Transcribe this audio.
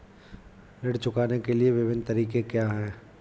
ऋण चुकाने के विभिन्न तरीके क्या हैं?